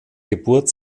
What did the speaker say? geburt